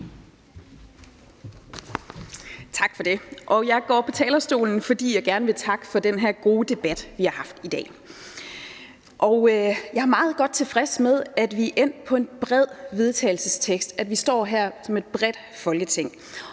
Tak for det. Jeg går på talerstolen, fordi jeg gerne vil takke for den her gode debat, vi har haft i dag. Jeg er meget godt tilfreds med, at vi er endt med et bredt forslag til vedtagelse, altså at vi står her som et bredt Folketing.